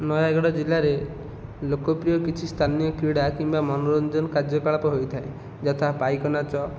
ନୟାଗଡ଼ ଜିଲ୍ଲାରେ ଲୋକପ୍ରିୟ କିଛି ସ୍ଥାନୀୟ କ୍ରୀଡ଼ା କିମ୍ବା ମନୋରଞ୍ଜନ କାର୍ଯ୍ୟକଳାପ ହୋଇଥାଏ ଯଥା ପାଇକ ନାଚ